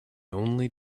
only